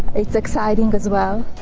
it's exciting as well.